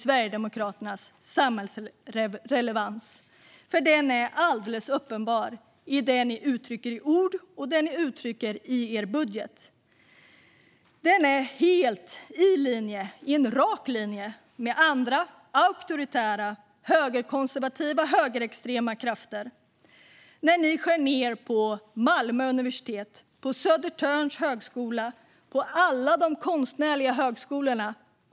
Sverigedemokraternas samhällsrelevans är alldeles uppenbar i det de uttrycker i ord och i sin budget. Den ligger helt i linje - i en rak linje - med andra auktoritära, högerkonservativa och högerextrema krafter när de skär ned på Malmö universitet, Södertörns högskola och alla de konstnärliga högskolorna.